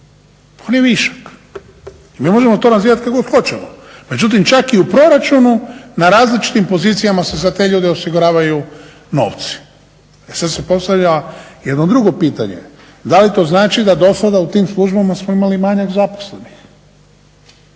On je višak. I mi možemo to nazivati kako god hoćemo. Međutim, čak i u proračunu na različitim pozicijama se za te ljude osiguravaju novci. E sada se postavlja jedno drugo pitanje. Da li to znači da do sada u tim službama smo imali manjak zaposlenih.